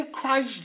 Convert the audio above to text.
Christ